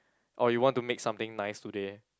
or you want to make something nice today